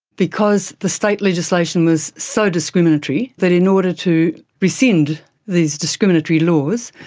because the state legislation was so discriminatory, that in order to rescind these discriminatory laws,